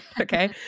Okay